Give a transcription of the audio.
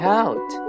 out